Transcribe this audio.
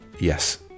Yes